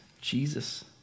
Jesus